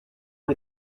ont